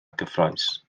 gyffrous